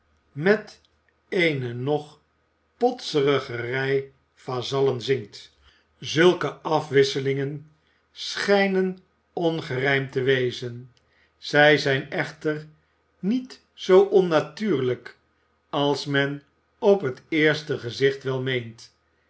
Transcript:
met eene nog potsiger rei vazallen zingt zulke afwisselingen schijnen ongerijmd te wezen zij zijn echter niet zoo onnatuurlijk als men op t eerste gezicht wel meent